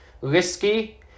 risky